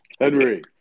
Henry